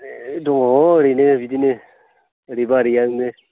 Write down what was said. दङ ओरैनो बिदिनो ओरैबा ओरैआनो